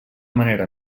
manera